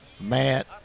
Matt